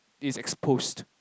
is exposed